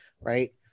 right